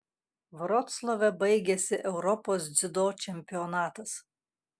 vroclave baigėsi europos dziudo čempionatas